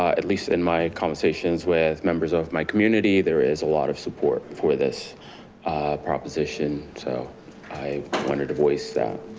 ah at least in my conversations with members of my community, there is a lot of support for this proposition. so i wanted to voice that.